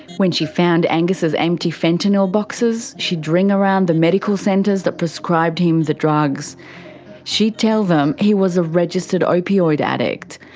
when she found angus's empty fentanyl boxes she'd ring around the medical centres that prescribed him the drugs she'd tell them he was a registered opioid addict.